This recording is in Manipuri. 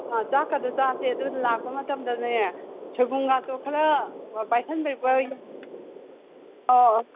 ꯑꯥ ꯆꯥꯛꯀꯗꯣ ꯆꯥꯁꯦ ꯑꯗꯣ ꯂꯥꯛꯄ ꯃꯇꯝꯗꯅꯦ ꯁꯣꯏꯕꯨꯝꯒꯗꯣ ꯈꯔ ꯄꯥꯏꯁꯟꯕꯤꯔꯤꯛꯄ ꯑꯣ ꯑꯣ